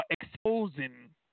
exposing